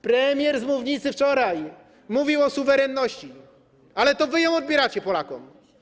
Premier z mównicy wczoraj mówił o suwerenności, ale to wy ją odbieracie Polakom.